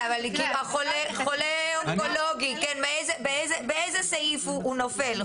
חולה אונקולוגי בעצמות, באיזה סעיף הוא נופל?